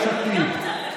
יש עתיד,